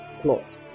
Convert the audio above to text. plot